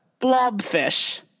blobfish